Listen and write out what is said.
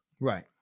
Right